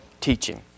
teaching